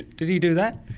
did he do that?